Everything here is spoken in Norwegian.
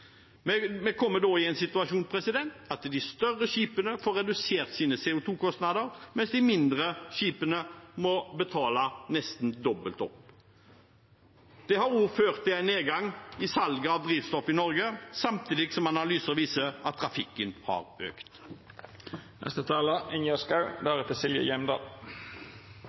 Vi kommer da i en situasjon der de større skipene får redusert sine CO 2 -kostnader, mens de mindre skipene må betale nesten dobbelt opp. Det har også ført til en nedgang i salget av drivstoff i Norge, samtidig som analyser viser at trafikken har